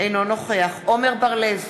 אינו נוכח עמר בר-לב,